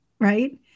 Right